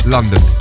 London